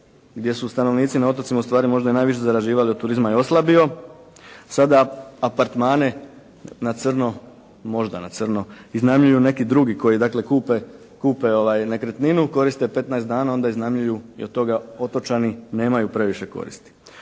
gdje su stanovnici na otocima ustvari možda i najviše zarađivali od turizma je oslabio, sada apartmane na crno, možda na crno iznajmljuju neki drugi koji, dakle kupe nekretninu, koriste je 15 dana i onda iznajmljuju i od toga otočani nemaju previše koristi.